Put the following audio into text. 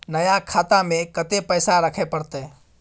नया खाता में कत्ते पैसा रखे परतै?